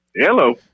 hello